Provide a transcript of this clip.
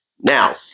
Now